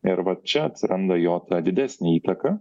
ir va čia atsiranda jo ta didesnė įtaka